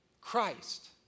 Christ